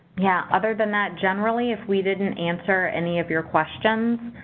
yeah, other than that, generally, if we didn't answer any of your questions,